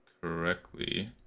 correctly